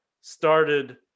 started